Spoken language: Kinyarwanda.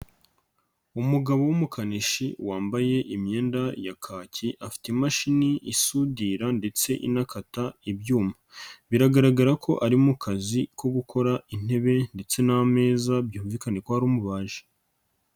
Umugabo w'umukanishi wambaye imyenda ya kaki afite imashini isudira ndetse inakata ibyuma, biragaragara ko ari mu kazi ko gukora intebe ndetse n'ameza byumvikana ko ari umubaji.